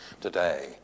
today